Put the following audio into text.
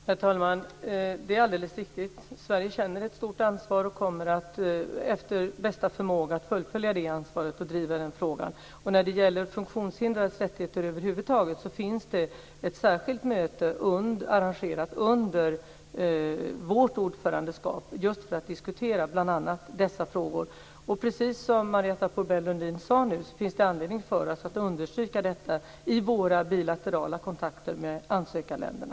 Herr talman! Det är alldeles riktigt. Sverige känner ett stort ansvar och kommer att efter bästa förmåga fullfölja det ansvaret och driva frågan. När det gäller funktionshindrades rättigheter över huvud taget kommer ett särskilt möte att arrangeras under vårt ordförandeskap just för att diskutera bl.a. dessa frågor. Precis som Marietta de Pourbaix-Lundin sade finns det anledning för oss att understryka detta i våra bilaterala kontakter med ansökarländerna.